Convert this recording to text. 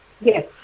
Yes